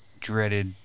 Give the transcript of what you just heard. dreaded